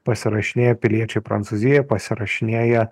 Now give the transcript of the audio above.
pasirašinėja piliečiai prancūzija pasirašinėja